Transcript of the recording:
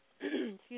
Excuse